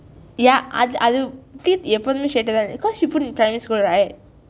ya அது அது:athu athu teeth எப்போதுமே:eppothumei straight ஆக இருந்தச்சு:aaka irunthachu because she put in primary school right